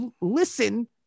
listen